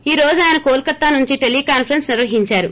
ఈ రోజు ఆయన కోల్కత్తా నుంచి టెలీకాన్సరెస్స్ నిర్వహిందారు